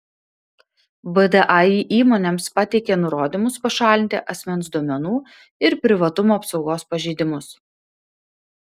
vdai įmonėms pateikė nurodymus pašalinti asmens duomenų ir privatumo apsaugos pažeidimus